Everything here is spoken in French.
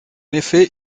effet